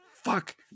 Fuck